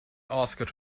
asked